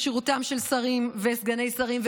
כשירותם של שרים וסגני שרים).